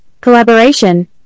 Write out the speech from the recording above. Collaboration